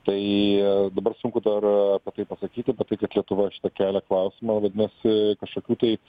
tai dabar sunku dar apie tai pasakyti bet tai kad lietuva šitą kelia klausimą vadinasi kažkokių tai